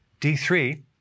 D3